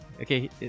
okay